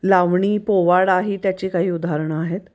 लावणी पोवाडा ही त्याची काही उदाहरणं आहेत